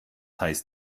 heißt